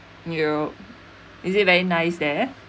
europe is it very nice there